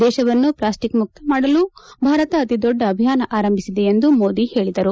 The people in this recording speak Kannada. ದೇಶವನ್ನು ಪ್ಲಾಸ್ಟಿಕ್ ಮುಕ್ತ ಮಾಡಲು ಭಾರತ ಅತಿ ದೊಡ್ಡ ಅಭಿಯಾನ ಆರಂಭಿಸಿದೆ ಎಂದು ಮೋದಿ ಹೇಳಿದರು